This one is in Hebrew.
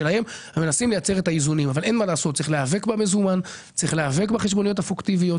צריך להיאבק בחשבוניות הפיקטיביות,